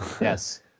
Yes